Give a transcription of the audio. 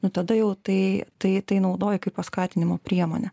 nu tada jau tai tai tai naudoji kaip paskatinimo priemonę